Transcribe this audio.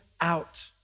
out